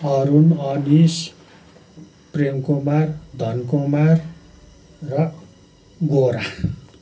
अरुण अनिस प्रेमकुमार धनकुमार र गोरा